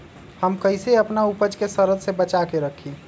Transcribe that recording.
हम कईसे अपना उपज के सरद से बचा के रखी?